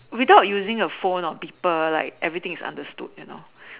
without using a phone or people like everything is understood you know